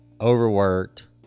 overworked